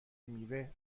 میوه